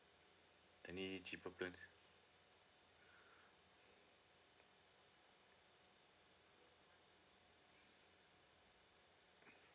any cheaper plans